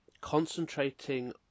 Concentrating